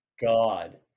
God